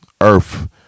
Earth